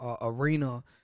arena